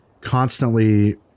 constantly